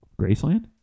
Graceland